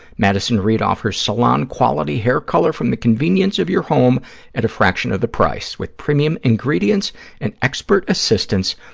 madison reed offers salon-quality hair color from the convenience of your home at a fraction of the price. with premium ingredients and expert assistance,